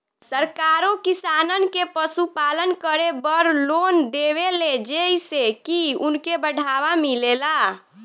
सरकारो किसानन के पशुपालन करे बड़ लोन देवेले जेइसे की उनके बढ़ावा मिलेला